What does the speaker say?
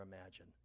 imagine